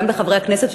גם לחברי הכנסת,